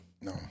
No